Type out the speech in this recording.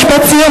משפט סיום.